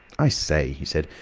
i say! he said.